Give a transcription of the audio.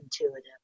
intuitive